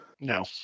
No